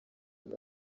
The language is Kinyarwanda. muri